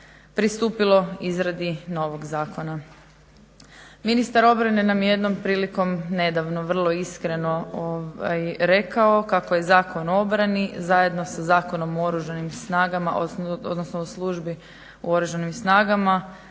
pristupilo izradi novog zakona. Ministar obrane nam je jednom prilikom nedavno vrlo iskreno rekao kako je Zakon o obrani zajedno sa Zakonom o Oružanim snagama